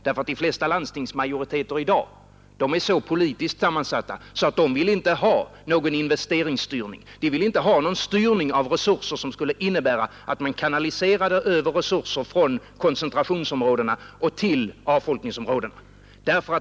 De flesta landstingsmajoriteter är i dag nämligen politiskt så sammansatta att de inte vill ha någon investeringsstyrning eller någon dirigering av resurser, som skulle innebära en kanalisering från koncentrationsområdena till avfolkningsområdena.